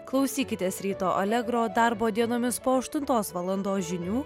klausykitės ryto allegro darbo dienomis po aštuntos valandos žinių